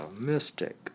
mystic